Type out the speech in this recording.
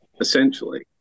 essentially